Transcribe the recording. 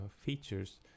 features